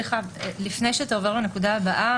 לפני שאתה עובר לנקודה הבאה.